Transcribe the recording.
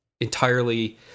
entirely